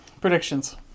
Predictions